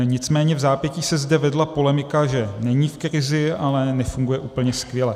Nicméně vzápětí se zde vedla polemika, že není v krizi, ale nefunguje úplně skvěle.